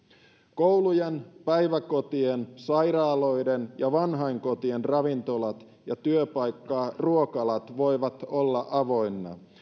koulujen päiväkotien sairaaloiden ja vanhainkotien ravintolat ja työpaikkaruokalat voivat olla avoinna